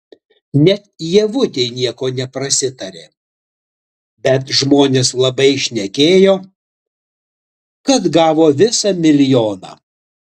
net ievutei nieko neprasitarė bet žmonės labai šnekėjo kad gavo visą milijoną